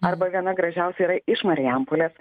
arba viena gražiausių yra iš marijampolės